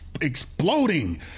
exploding